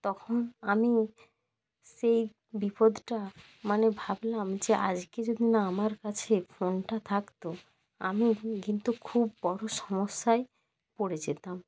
তখন আমি সেই বিপদটা মানে ভাবলাম যে আজকে যদি না আমার কাছে ফোনটা থাকতো আমি কিন্তু খুব বড়ো সমস্যায় পড়ে যেতাম